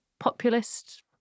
Populist